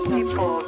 People